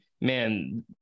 man